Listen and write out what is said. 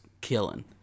killing